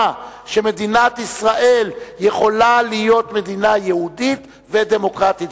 שמדינת ישראל יכולה להיות מדינה יהודית ודמוקרטית.